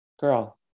girl